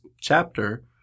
chapter